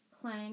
Clang